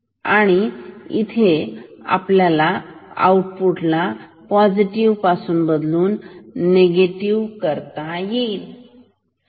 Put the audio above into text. तर इथे आपण आउटपुटला पॉझिटिव्ह पासून बदलून निगेटिव्ह करू शकतो